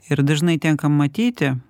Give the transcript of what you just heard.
ir dažnai tenka matyti